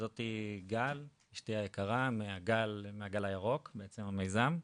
וזאת גל, אשתי היקרה, מהגל הירוק, בעצם המיזם.